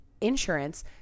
insurance